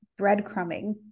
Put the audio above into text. breadcrumbing